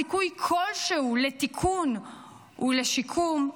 סיכוי כלשהו לתיקון ולשיקום,